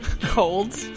Cold